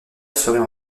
serait